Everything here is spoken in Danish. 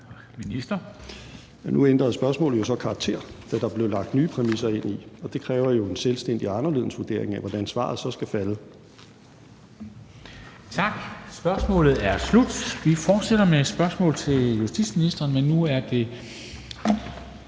Hækkerup): Nu ændrede spørgsmålet jo så karakter, da der blev lagt nye præmisser ind i det, og det kræver jo en selvstændig og anderledes vurdering af, hvordan svaret så skal falde. Kl. 15:10 Formanden (Henrik Dam Kristensen): Tak. Spørgsmålet er slut. Vi fortsætter med spørgsmål til justitsministeren, men nu er det